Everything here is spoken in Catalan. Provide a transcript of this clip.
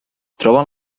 troben